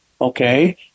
Okay